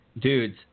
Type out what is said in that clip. Dudes